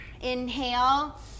inhale